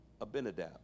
abinadab